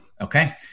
Okay